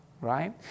Right